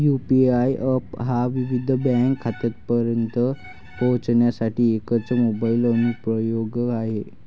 UPI app हा विविध bank खात्यांपर्यंत पोहोचण्यासाठी एकच मोबाइल अनुप्रयोग आहे